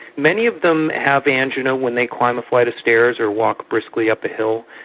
many of them have angina when they climb a flight of stairs or walk briskly up a hill,